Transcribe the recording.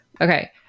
Okay